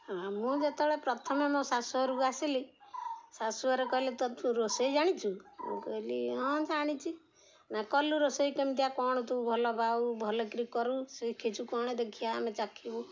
ହଁ ମୁଁ ଯେତେବେଳେ ପ୍ରଥମେ ମୋ ଶାଶୁଘରକୁ ଆସିଲି ଶାଶୁଘରେ କହିଲେ ତୁ ରୋଷେଇ ଜାଣିଛୁ ମୁଁ କହିଲି ହଁ ଜାଣିଛି ନା କଲୁ ରୋଷେଇ କେମିତିଆ କ'ଣ ତୁ ଭଲ ପାଉ ଭଲ କିରି କରୁ ଶିଖିଛୁ କ'ଣ ଦେଖିବା ଆମେ ଚାଖିବୁ